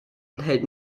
enthält